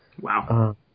Wow